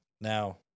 Now